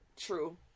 True